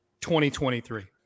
2023